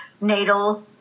natal